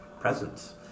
presence